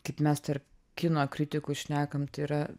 kaip mes tarp kino kritikų šnekam tai yra